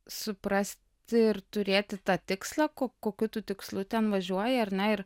suprasti ir turėti tą tikslą ko kokiu tu tikslu ten važiuoji ar ne ir